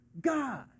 God